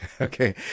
Okay